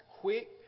quick